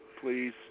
please